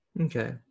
Okay